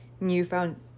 newfound